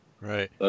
right